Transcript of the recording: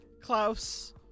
Klaus